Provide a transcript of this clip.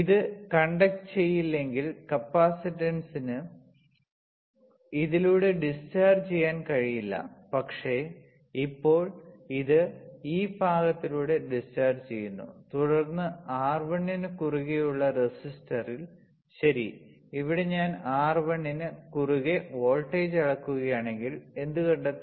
ഇത് conduct ചെയ്യില്ലെങ്കിൽ കപ്പാസിറ്റർന് ഇതിലൂടെ ഡിസ്ചാർജ് ചെയ്യാൻ കഴിയില്ല പക്ഷേ ഇപ്പോൾ ഇത് ഈ ഭാഗത്തിലൂടെ ഡിസ്ചാർജ് ചെയ്യുന്നു തുടർന്ന് R1 ന് കുറുകെയുള്ള റെസിസ്റ്ററിൽ ശരി ഇവിടെ ഞാൻ R1 ന് കുറുകെ വോൾട്ടേജ് അളക്കുകയാണെങ്കിൽ എന്ത് കണ്ടെത്തും